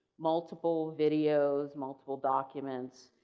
multiple videos, multiple documents,